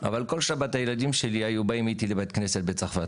אבל כל שבת הילדים שלי היו באים איתי לבית כנסת בצרפת.